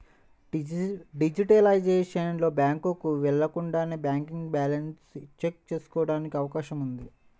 digitalisation లో, బ్యాంకుకు వెళ్లకుండానే బ్యాంక్ బ్యాలెన్స్ చెక్ ఎంచుకోవడానికి అవకాశం ఉంది